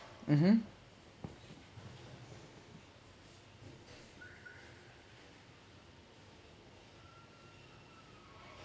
mmhmm